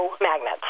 magnets